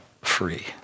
free